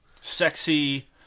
sexy